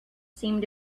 seemed